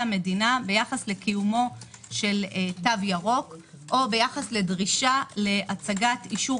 המדינה ביחס לקיום תו ירוק או ביחס לדרישה להצגת אישור